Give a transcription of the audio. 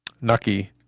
Nucky